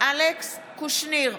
אלכס קושניר,